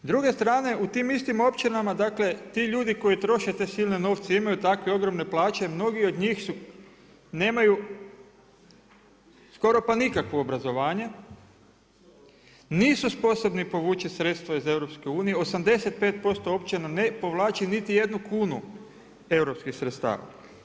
S druge strane u tim istim općinama ti ljudi koji troše te silne novce imaju takve ogromne plaće, mnogi od njih nemaju skoro pa nikakvo obrazovanje, nisu sposobni povući sredstva iz EU, 85% općina ne povlači niti jednu kunu europskih sredstava.